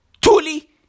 tuli